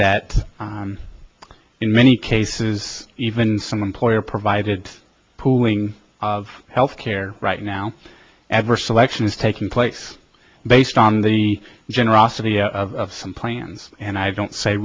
that in many cases even some employer provided pooling of health care right now adverse selection is taking place based on the generosity of some plans and i don't say